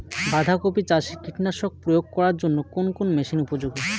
বাঁধা কপি চাষে কীটনাশক প্রয়োগ করার জন্য কোন মেশিন উপযোগী?